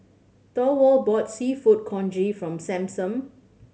Thorwald bought Seafood Congee from Sampson